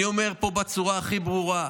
אני אומר פה בצורה הכי ברורה: